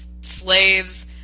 slaves